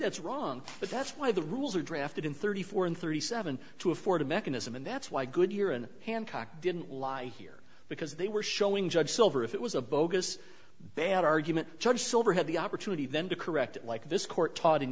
that's wrong but that's why the rules are drafted in thirty four and thirty seven to afford a mechanism and that's why goodyear and hancock didn't lie here because they were showing judge silver if it was a bogus bad argument judge silver had the opportunity then to correct it like this court taught